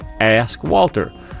AskWalter